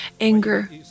anger